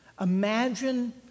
Imagine